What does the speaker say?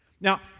Now